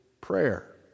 prayer